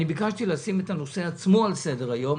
לשים את הנושא עצמו על סדר-היום,